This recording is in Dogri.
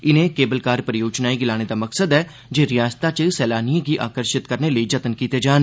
इनें केबल कार परियोजनाएं गी लाने दा मकसद ऐ जे रिआसता च सैलानिएं गी आकर्शित करने लेई जतन कीते जान